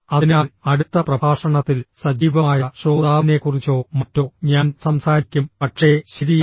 അതിനാൽ അടുത്ത പ്രഭാഷണത്തിൽ സജീവമായ ശ്രോതാവിനെക്കുറിച്ചോ മറ്റോ ഞാൻ സംസാരിക്കും പക്ഷേ ശരിയാണ്